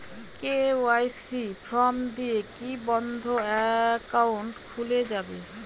KYC form দিয়ে কি বন্ধ একাউন্ট খুলে যাবে?